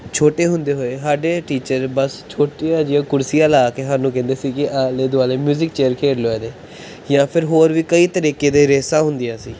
ਛੋਟੇ ਹੁੰਦੇ ਹੋਏ ਸਾਡੇ ਟੀਚਰ ਬਸ ਛੋਟੀਆਂ ਜਿਹੀਆਂ ਕੁਰਸੀਆਂ ਲਾ ਕੇ ਸਾਨੂੰ ਕਹਿੰਦੇ ਸੀ ਕਿ ਆਲੇ ਦੁਆਲੇ ਮਿਊਜ਼ਿਕ ਚੇਅਰ ਖੇਡ ਲਉ ਇਹਦੇ ਜਾਂ ਫਿਰ ਹੋਰ ਵੀ ਕਈ ਤਰੀਕੇ ਦੇ ਰੇਸਾਂ ਹੁੰਦੀਆਂ ਸੀ